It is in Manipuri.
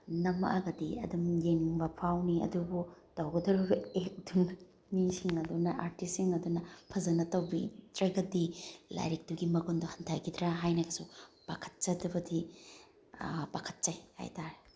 ꯅꯝꯃꯛꯑꯒꯗꯤ ꯑꯗꯨꯝ ꯌꯦꯡꯅꯤꯡꯕ ꯐꯥꯎꯅꯤ ꯑꯗꯨꯕꯨ ꯇꯧꯒꯗꯧꯔꯤꯕ ꯑꯦꯛꯇꯨꯅ ꯃꯤꯁꯤꯡ ꯑꯗꯨꯅ ꯑꯥꯔꯇꯤꯁꯁꯤꯡ ꯑꯗꯨꯅ ꯐꯖꯅ ꯇꯧꯕꯤꯗ꯭ꯔꯒꯗꯤ ꯂꯥꯏꯔꯤꯛꯇꯨꯒꯤ ꯃꯒꯨꯟꯗꯣ ꯍꯟꯊꯒꯤꯗ꯭ꯔꯥ ꯍꯥꯏꯅꯁꯨ ꯄꯥꯈꯠꯆꯗꯕꯗꯤ ꯄꯥꯈꯠꯆꯩ ꯍꯥꯏꯇꯥꯔꯦ